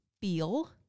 feel